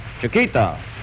Chiquita